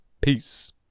Peace